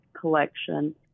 collection